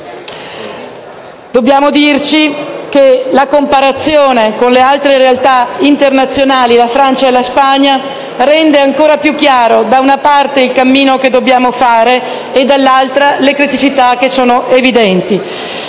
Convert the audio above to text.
ammettere che la comparazione con le altre realtà internazionali - la Francia e la Spagna - rende ancora più chiaro, da una parte, il cammino che dobbiamo fare e, dall'altra, le evidenti